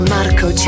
Marco